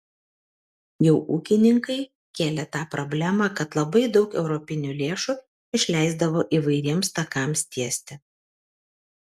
jau ūkininkai kėlė tą problemą kad labai daug europinių lėšų išleisdavo įvairiems takams tiesti